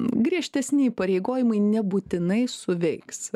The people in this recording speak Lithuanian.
griežtesni įpareigojimai nebūtinai suveiks